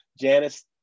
Janice